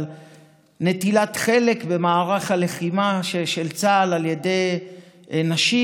על נטילת חלק במערך הלחימה של צה"ל על ידי נשים.